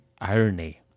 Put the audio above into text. irony